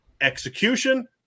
execution